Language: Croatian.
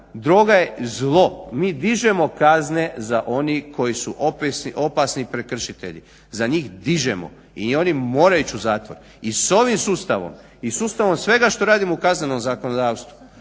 droga je zlo. Mi dižemo kazne za one koji su opasni prekršitelji, za njih dižemo i oni moraju ići u zatvor i s ovim sustavom i sustavom svega što radimo u kaznenom zakonodavstvu.